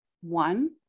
One